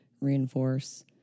reinforce